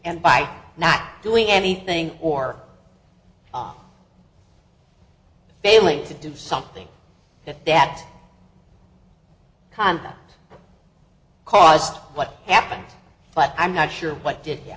and by not doing anything or failing to do something at that time caused what happened but i'm not sure what did